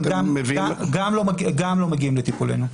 הם גם לא מגיעים לטיפולנו.